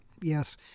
Yes